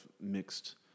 mixed